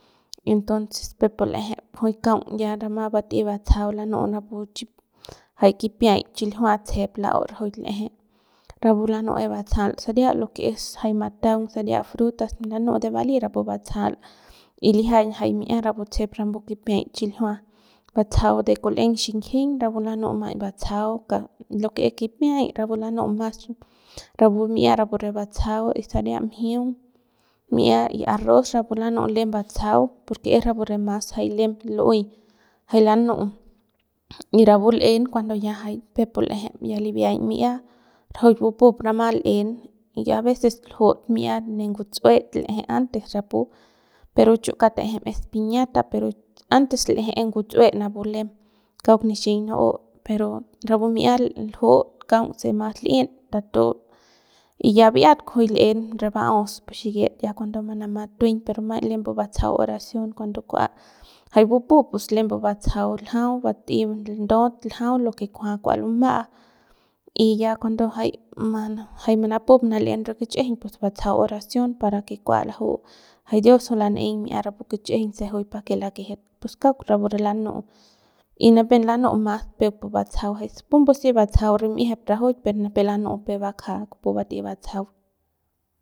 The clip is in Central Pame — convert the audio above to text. Entonces peuk pu l'je juy kaung ya rama bat'ey batsajau lanu'u napu chi jay kipiay chiljiua la'u rajuik tsejep rapu lanu es batsajal saria jay mataung saria frutas lanu'u de vali rapu batsajal y lijiañ jay mi'ia rapu tsejep kipiay chiljiua batsajau de kul'eng xinjing rapu lanu'u maiñ batsajau lo que es kipiay rapu lanu'u mas rapu mi'ia rapu re batsajau y sari mjiung mi'ia y arroz rapu lanu'u lem batsajau porque es rapu re mas lem lu'uey jay lanu'u y bupup rama l'en y ya a veces ljut mi'ia ne ngutsu'e l'eje antes rapu pero chu kaung ta'ejem es piñata pero antes l'eje es ngutsu'e napu lem kauk nixiñ nu'u pero rapu mi'ia l'jut kaung se mas l'in tatun y ya bi'iat kujui l'en re ba'aus pu xikit ya cuando manamat tueiñ per maiñ lembu batsajau oracion cuando kua jai bupup pus lembu batsajau ljau bat'ey nduot ljau que kujua kua luma'a y ya cuando jay manapup manal'en re kichꞌijiñ pus batsajau oracion para que kua laju'u para que dios juy lan'eiñ mi'ia rapu kichꞌijiñ se juy pake lakejet pus kauk rapu re lanu'ut y nipem lanu'u mas peuk pu batsajau pumbu si batsajau rim'iejep rajuik per nipep lanu'u peuk bakja kupu bat'ey batsajau.